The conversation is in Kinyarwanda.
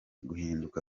guhinduka